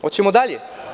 Hoćemo dalje?